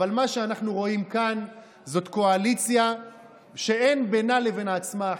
אבל מה שאנחנו רואים כאן זאת קואליציה שאין בינה לבין עצמה אחדות.